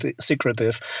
secretive